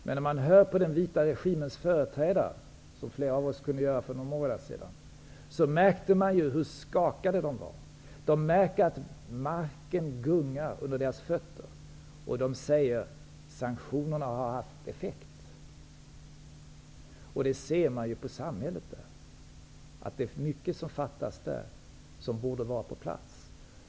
Men när man hör på den vita regimens företrädare, som flera av oss kunde göra för några månader sedan, märker man hur skakade de är. De märker att marken gungar under deras fötter och de säger att sanktionerna har haft effekt. Det ser man också på samhället. Det är mycket som fattas där som borde vara på plats.